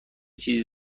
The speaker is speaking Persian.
چیزی